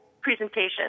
presentation